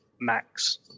max